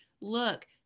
Look